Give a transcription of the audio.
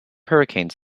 hurricanes